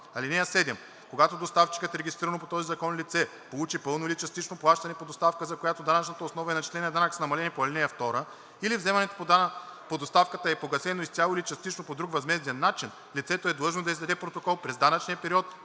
(7) Когато доставчикът, регистрирано по този закон лице, получи пълно или частично плащане по доставка, за която данъчната основа и начисленият данък са намалени по ал. 2, или вземането по доставката е погасено изцяло или частично по друг възмезден начин, лицето е длъжно да издаде протокол през данъчния период,